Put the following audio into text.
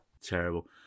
Terrible